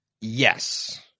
Yes